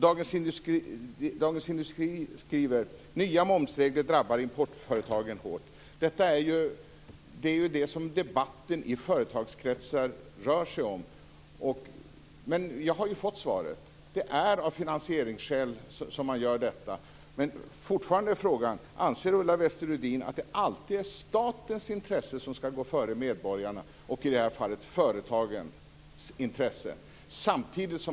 Dagens Industri skriver: Nya momsregler drabbar importföretagen hårt. Det är detta som debatten i företagskretsar rör sig om. Men jag har ju fått svaret. Det är av finansieringsskäl man gör detta. Men frågan är fortfarande: Anser Ulla Wester Rudin att det alltid är statens intresse som skall gå före medborgarnas och, i det här fallet, företagens intresse?